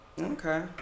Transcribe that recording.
Okay